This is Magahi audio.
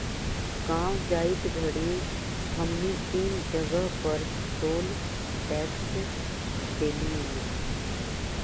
गाँव जाइत घड़ी हमनी तीन जगह पर टोल टैक्स देलिअई